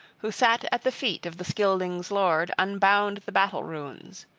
who sat at the feet of the scyldings' lord, unbound the battle-runes.